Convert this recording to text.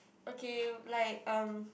okay like um